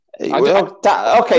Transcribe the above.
Okay